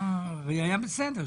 היה בסדר.